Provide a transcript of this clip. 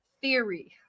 Theory